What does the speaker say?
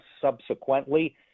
subsequently